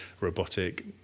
robotic